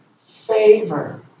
favor